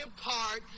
Park